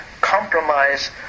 compromise